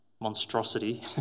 monstrosity